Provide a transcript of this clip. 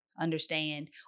understand